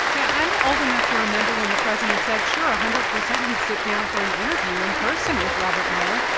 yeah, i'm old enough to remember when the president said, sure, one ah hundred percent, he'd sit down for an interview in person with robert mueller,